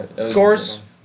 Scores